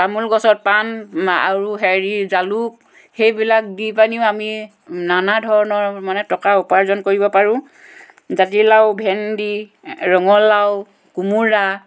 তামোল গছত পাণ আৰু হেৰি জালুক সেইবিলাক দি পানিও আমি নানা ধৰণৰ মানে টকা উপাৰ্জন কৰিব পাৰোঁ জাতিলাউ ভেন্দি ৰঙালাউ কোমোৰা